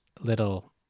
little